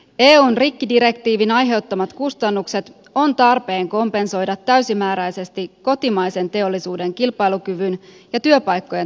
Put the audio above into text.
eun rikkidirektiivin aiheuttamat kustannukset on tarpeen kompensoida täysimääräisesti kotimaisen teollisuuden kilpailukyvyn ja työpaikkojen turvaamiseksi